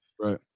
Right